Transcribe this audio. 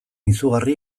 izugarri